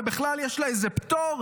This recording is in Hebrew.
ובכלל יש לה איזה פטור,